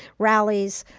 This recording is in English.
rallies,